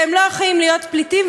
והם לא הולכים להיות פליטים,